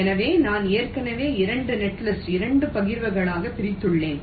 எனவே நான் ஏற்கனவே 2 நெட்லிஸ்ட்டை 2 பகிர்வுகளாக பிரித்துள்ளேன்